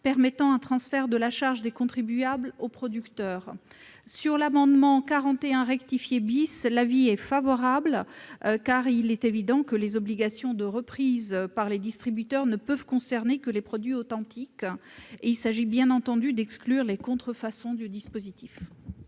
permettant un transfert de la charge des contribuables vers les producteurs. L'avis est favorable sur l'amendement n° 41 rectifié, car il est évident que les obligations de reprise par les distributeurs ne peuvent concerner que les produits authentiques. Il s'agit, bien entendu, d'exclure les contrefaçons du dispositif.